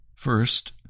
first